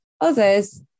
Others